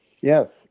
Yes